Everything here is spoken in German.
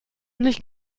nicht